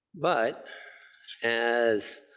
but as